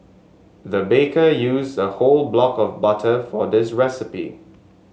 the baker used a whole block of butter for this recipe